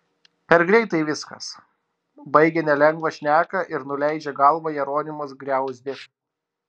per greitai viskas baigia nelengvą šneką ir nuleidžia galvą jeronimas griauzdė